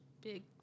big